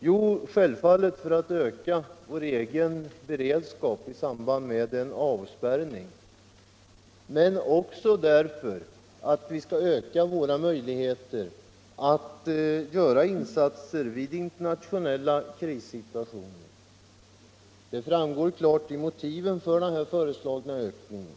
Jo, självfallet för att öka vår egen beredskap i händelse av avspärrning men också för att öka våra Lagring av möjligheter att göra insatser vid internationella krissituationer — det fram — jordbruksprodukter går klart av motiveringen för den föreslagna ökningen.